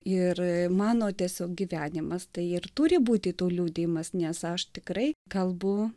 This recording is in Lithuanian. ir mano tiesiog gyvenimas tai ir turi būti to liudijimas nes aš tikrai kalbu